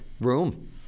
room